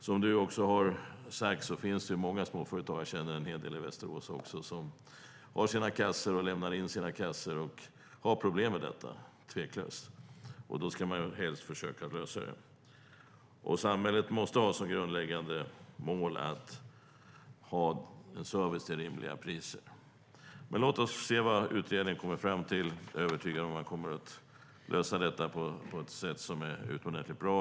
Som Börje Vestlund också sade finns det många småföretagare - jag känner en hel del i Västerås - som tveklöst har problem med att lämna in sina kassor, och då ska vi helst försöka lösa det. Samhället måste ha som grundläggande mål att erbjuda service till rimliga priser. Låt oss se vad utredningen kommer fram till. Jag är övertygad om att man kan lösa detta på ett sätt som är utomordentligt bra.